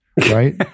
right